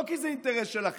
לא כי זה אינטרס שלכם,